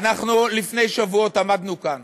לפני שבועות עמדנו כאן